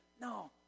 No